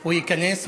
הוא ייכנס.